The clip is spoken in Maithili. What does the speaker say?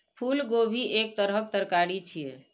फूलगोभी एक तरहक तरकारी छियै